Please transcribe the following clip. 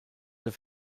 der